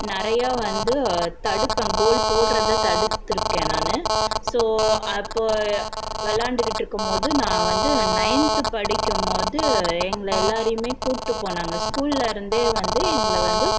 நிறையா வந்து தடுப்பேன் கோல் போடுறதை தடுத்துருக்கேன் நானும் ஸோ அப்போது விளாண்டுக்கிட்டு இருக்கும் போது நான் வந்து நயன்த்து படிக்கும் போது எங்களை எல்லோரையுமே கூப்பிட்டு போனாங்க ஸ்கூலில் இருந்தே வந்து எங்களை வந்து